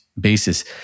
basis